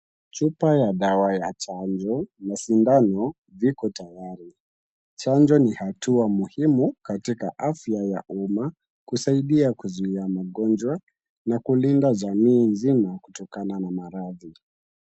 Chupa ya dawa ya chanjo na sindano viko tayari. Chanjo ni hatua muhimu katika afya ya umma, kusaidia kuzuia magonjwa, na kulinda jamii nzima kutokana na maradhi.